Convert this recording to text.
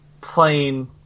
plain